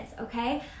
okay